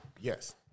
Yes